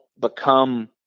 become